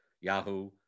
Yahoo